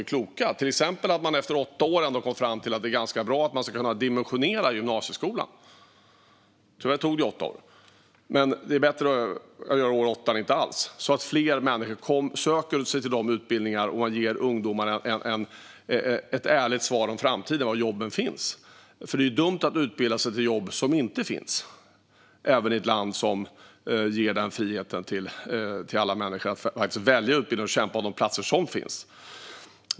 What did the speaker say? Det gäller till exempel att man efter åtta år kom fram till att det är bra att dimensionera gymnasieskolan. Tyvärr tog det åtta år. Men det är bättre med år åtta än inget alls. Fler människor söker sig till de utbildningarna, och ungdomarna får ett ärligt svar om var jobben finns i framtiden. Det är dumt att utbilda sig till jobb som inte finns, även i ett land som ger den friheten till alla människor att välja utbildning och kämpa om de platser som finns.